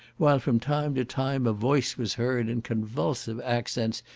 while from time to time a voice was heard in convulsive accents,